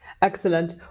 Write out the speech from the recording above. Excellent